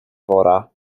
wora